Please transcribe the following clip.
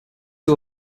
two